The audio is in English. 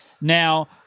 Now